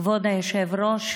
כבוד היושב-ראש,